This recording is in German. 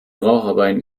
raucherbein